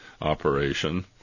operation